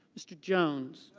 mr. jones.